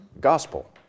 Gospel